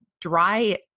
dry